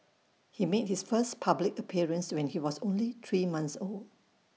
he made his first public appearance when he was only three month old